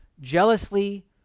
jealously